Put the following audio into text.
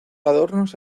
adornos